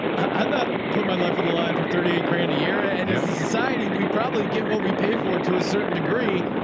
i'm not putting my life on the line for thirty eight grand a year. and as a society, we probably get what we pay for to a certain degree.